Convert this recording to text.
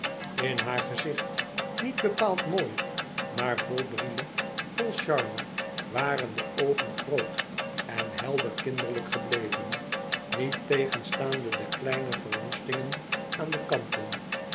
in haar gezicht niet bepaald mooi maar vol brille vol charme waren de oogen groot en helder kinderlijk gebleven niettegenstaande de kleine verwoestingen aan de kanten